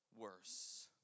worse